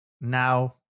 now